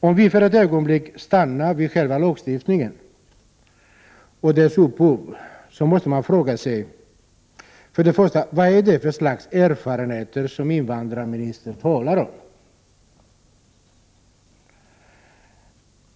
Om vi för ett ögonblick stannar vid själva lagstiftningen och upphovet till densamma, måste vi fråga oss för det första: Vad för slags erfarenheter talar invandrarministern om?